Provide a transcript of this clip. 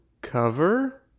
Cover